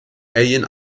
alien